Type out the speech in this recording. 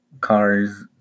cars